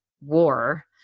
war